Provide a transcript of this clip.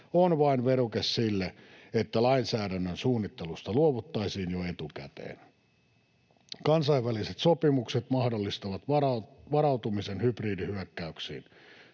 on vain veruke sille, että lainsäädännön suunnittelusta luovuttaisiin jo etukäteen. Kansainväliset sopimukset mahdollistavat varautumisen hybridihyökkäyksiin.